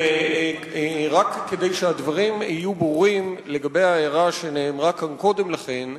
ורק שהדברים יהיו ברורים לגבי ההערה שנאמרה כאן קודם לכן,